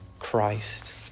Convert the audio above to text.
Christ